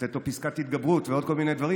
לתת לו פסקת התגברות ועוד כל מיני דברים,